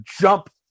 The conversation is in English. jump